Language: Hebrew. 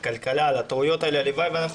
אתם מקבלים את המלצות הוועדה ואיפה לא?